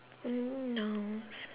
only nouns